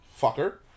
Fucker